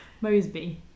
Mosby